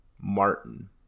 martin